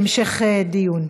להמשך דיון.